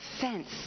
fence